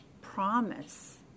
promise